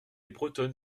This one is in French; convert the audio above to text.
bretonne